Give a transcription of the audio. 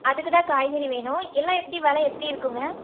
அதுக்கு தான் காய்கறி வேணும் எல்லாம் எப்படி வில எப்படி இருக்கும்ங்க